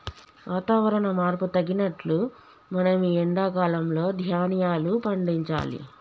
వాతవరణ మార్పుకు తగినట్లు మనం ఈ ఎండా కాలం లో ధ్యాన్యాలు పండించాలి